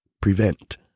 prevent